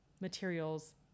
materials